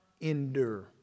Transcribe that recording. endure